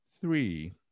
three